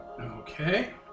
Okay